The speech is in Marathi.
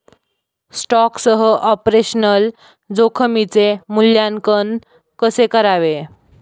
स्टॉकसह ऑपरेशनल जोखमीचे मूल्यांकन कसे करावे?